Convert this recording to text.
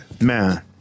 Man